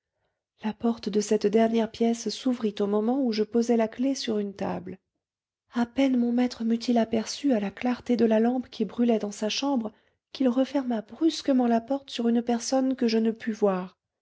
la porte de cette dernière pièce s'ouvrit au moment où je posais la clef sur une table à peine mon maître meut il aperçue à la clarté de la lampe qui brûlait dans sa chambre qu'il referma brusquement la porte sur une personne que je ne pus voir